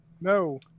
No